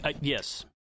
yes